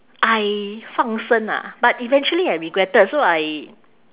I 放生 ah but eventually I regretted so I